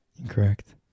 Incorrect